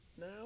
now